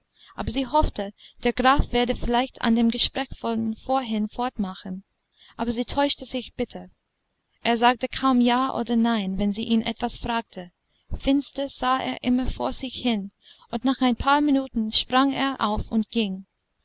hoffte aber sie hoffte der graf werde vielleicht an dem gespräch von vorhin fortmachen aber sie täuschte sich bitter er sagte kaum ja oder nein wenn sie ihn etwas fragte finster sah er immer vor sich hin und nach ein paar minuten sprang er auf und ging